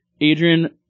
Adrian